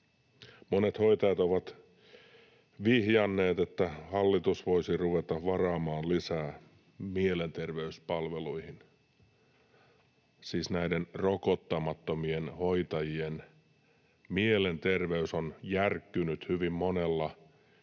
Monet hoitajat ovat vihjanneet, että hallitus voisi ruveta varaamaan lisää mielenterveyspalveluihin — siis näiden rokottamattomien hoitajien mielenterveys on järkkynyt hyvin monella,